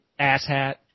Asshat